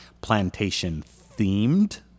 plantation-themed